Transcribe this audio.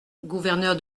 gouverneur